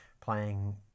playing